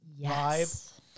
vibe